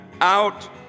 out